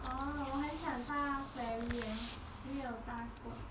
orh 我很想搭 ferry leh 没有搭过